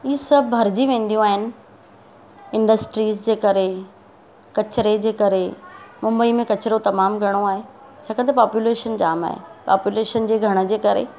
ई सभु भरिजी वेंदियूं आहिनि इंदस्ट्रीज जे करे कचिरे जे करे मुंबई में कचिरो तमामु घणो आहे छाकाणि त पॉपुलेशन जामु आहे पॉपुलेशन जे घणे जे करे